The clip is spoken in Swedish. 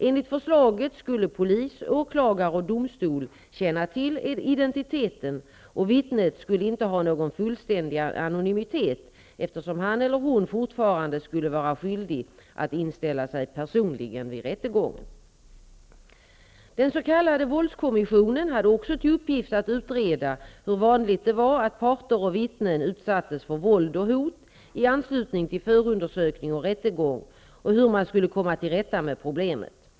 Enligt förslaget skulle polis, åklagare och domstol känna till identiteten och vittnet skulle inte ha någon fullständig anonymitet eftersom han, eller hon, fortfarande skulle vara skyldig att inställa sig personligen vid rättegången. Den s.k. våldskommissionen hade också till uppgift att utreda hur vanligt det var att parter och vittnen utsattes för våld och hot i anslutning till förundersökning och rättegång och hur man skall komma till rätta med problemet.